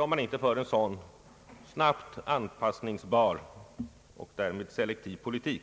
Om vi inte fört en sådan snabbt anpassningsbar och därmed selektiv politik,